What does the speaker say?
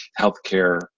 healthcare